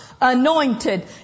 anointed